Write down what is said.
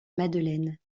madeleine